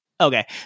Okay